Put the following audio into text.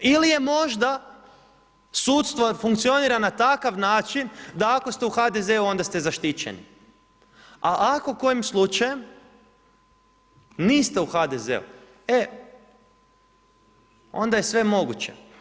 Ili je možda sudstvo ne funkcionira na takav način da ako ste u HDZ-u, onda ste zaštićeni, a ako kojim slučajem niste u HDZ-u, e onda je sve moguće.